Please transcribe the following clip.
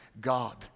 God